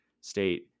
state